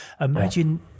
imagine